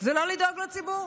זה לא לדאוג לציבור.